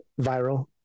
viral